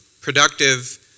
productive